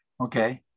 okay